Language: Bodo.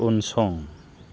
उनसं